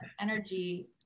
energy